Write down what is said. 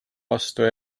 vastu